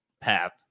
path